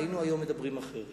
היום היינו מדברים אחרת.